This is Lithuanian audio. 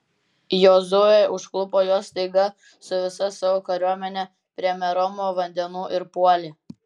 jozuė užklupo juos staiga su visa savo kariuomene prie meromo vandenų ir puolė